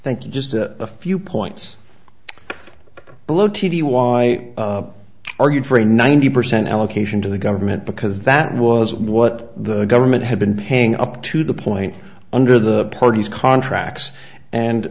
thank you just a few points below t v why are you for a ninety percent allocation to the government because that was what the government had been paying up to the point under the parties contracts and